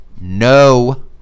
No